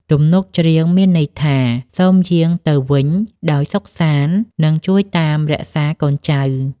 ទំនុកច្រៀងមានន័យថា សូមយាងទៅវិញដោយសុខសាន្ត និងជួយតាមរក្សាកូនចៅ។